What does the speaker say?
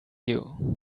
you